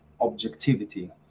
objectivity